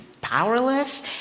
powerless